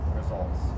results